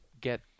get